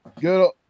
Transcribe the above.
Good